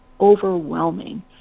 overwhelming